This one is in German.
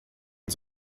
und